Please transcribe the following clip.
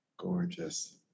gorgeous